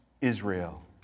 Israel